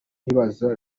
nkibaza